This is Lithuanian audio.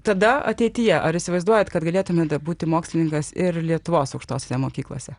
tada ateityje ar įsivaizduojat kad galėtumėte būti mokslininkas ir lietuvos aukštosiose mokyklose